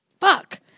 Fuck